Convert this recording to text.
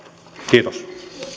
kiitos